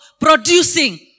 producing